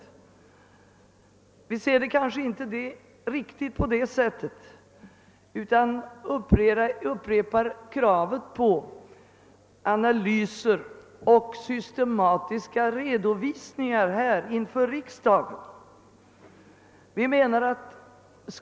Vi ser kanske inte saken riktigt så utan upprepar kravet på analyser och systematiska redovisningar inför riksdagen.